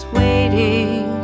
waiting